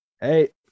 Hey